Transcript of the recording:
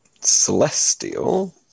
Celestial